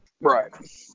Right